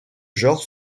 genre